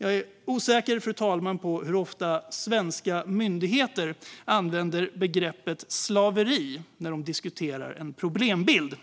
Jag är osäker på hur ofta svenska myndigheter använder begreppet slaveri när de diskuterar en problembild,